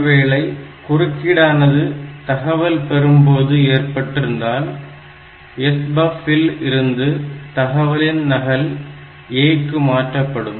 ஒருவேளை குறுக்கீடானது தகவல் பெறும் போது ஏற்பட்டிருந்தால் SBUF இல் இருந்து தகவலின் நகல் A க்கு மாற்றப்படும்